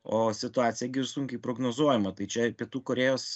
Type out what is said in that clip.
o situacija gi sunkiai prognozuojama tai čia pietų korėjos